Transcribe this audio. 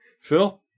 Phil